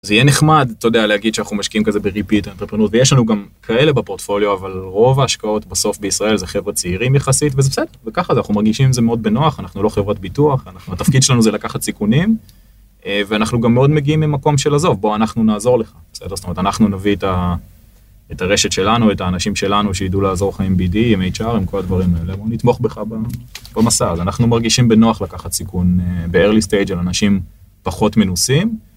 זה יהיה נחמד, אתה יודע, להגיד שאנחנו משקיעים כזה בrepeat-entrepreneur, ויש לנו גם כאלה בפורטפוליו, אבל רוב ההשקעות בסוף בישראל זה חב'רה צעירים יחסית, וזה בסדר, וככה זה, אנחנו מרגישים את זה מאוד בנוח, אנחנו לא חברת ביטוח, התפקיד שלנו זה לקחת סיכונים, ואנחנו גם מאוד מגיעים ממקום של "עזוב, בוא, אנחנו נעזור לך" בסדר? זאת אומרת, אנחנו נביא את הרשת שלנו, את האנשים שלנו שיידעו לעזור לך עם BD, עם HR, עם כל הדברים האלה, בוא, נתמוך בך במסע, אז אנחנו מרגישים בנוח לקחת סיכון ב-early stage על אנשים פחות מנוסים.